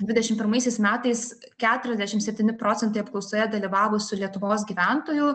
dvidešim pirmaisiais metais keturiasdešim septyni procentai apklausoje dalyvavusių lietuvos gyventojų